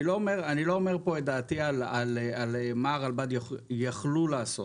אני לא אומר פה את דעתי על מה הרלב"ד יכלו לעשות.